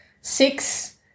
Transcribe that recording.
six